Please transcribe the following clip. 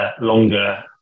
longer